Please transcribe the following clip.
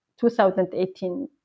2018